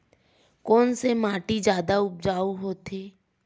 कोन से माटी जादा उपजाऊ होथे?